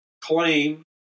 claim